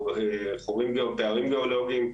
או בחורים גיאולוגיים.